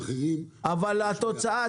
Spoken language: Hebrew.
אבל התוצאה?